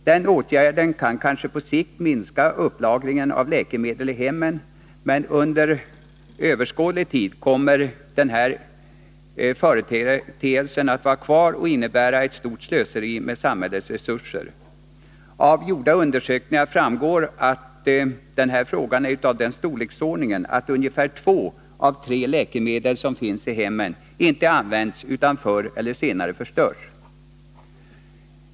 Den åtgärden kan kanske på sikt minska upplagringen av läkemedel i hemmen, men under överskådlig tid kommer denna företeelse att vara kvar och innebära ett stort slöseri med samhällets resurser. Av gjorda undersökningar framgår att den här frågan är av den storleksordningen att ungefär två av tre läkemedel som finns i hemmen inte används utan förr eller senare förstörs.